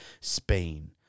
Spain